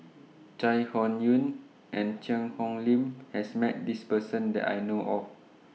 Chai Hon Yoong and Cheang Hong Lim has Met This Person that I know of